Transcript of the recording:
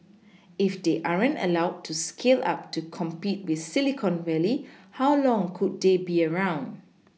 if they aren't allowed to scale up to compete with Silicon Valley how long could they be around